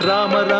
Rama